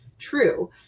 true